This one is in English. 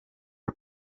are